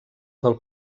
del